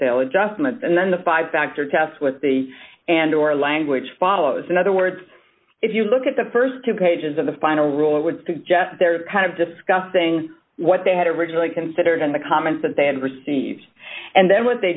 postal adjustment and then the five factor test with the and or language follows in other words if you look at the st two pages of the final rule it would suggest they're kind of discussing what they had originally considered and the comments that they had received and then what they